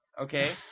Okay